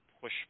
push